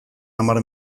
hamar